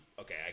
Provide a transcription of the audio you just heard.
okay